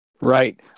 Right